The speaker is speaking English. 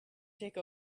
take